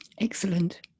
excellent